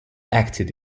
acted